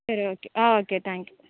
சரி ஓகே ஆ okay thank you